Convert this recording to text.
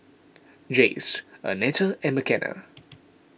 Jace Arnetta and Mckenna